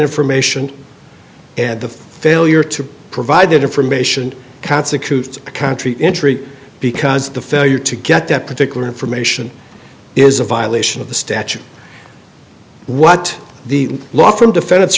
information and the failure to provide that information to the country injury because the failure to get that particular information is a violation of the statute what the law firm defen